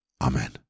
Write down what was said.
Amen